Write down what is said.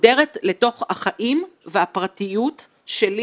חודרת לתוך החיים והפרטיות שלי,